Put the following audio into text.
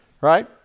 Right